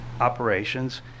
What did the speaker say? operations